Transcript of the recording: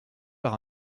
par